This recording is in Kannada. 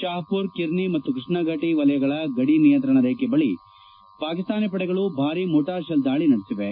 ಶಾಪ್ಪುರ್ ಕಿರ್ನಿ ಮತ್ತು ಕೃಷ್ಣಾ ಘಟಿ ವಲಯಗಳ ಗಡಿ ನಿಯಂತ್ರಣ ರೇಖೆ ಬಳಿ ಪಾಕಿಸ್ತಾನಿ ಪಡೆಗಳು ಭಾರಿ ಮೋಟಾರ್ ಶೆಲ್ ದಾಳಿ ನಡೆಸಿವೆ